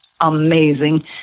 amazing